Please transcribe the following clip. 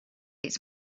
its